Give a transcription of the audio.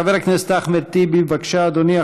חבר הכנסת אחמד טיבי, בבקשה, אדוני.